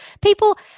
people